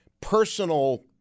personal